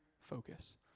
focus